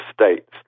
states